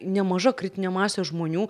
nemaža kritinė masė žmonių